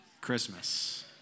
Christmas